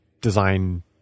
design